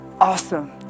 awesome